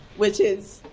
which is,